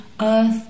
Earth